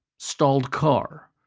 stalled car.